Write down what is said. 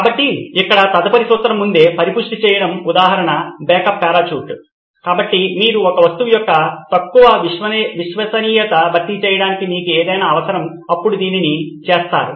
కాబట్టి ఇక్కడ తదుపరి సూత్రం ముందే పరిపుష్టి చేయడం ఉదాహరణ బ్యాకప్ పారాచూట్ కాబట్టి మీరు ఒక వస్తువు యొక్క తక్కువ విశ్వసనీయతకు భర్తీ చేయడానికి మీకు ఏదైనా అవసరం అప్పుడు మీరు దీన్ని చేస్తారు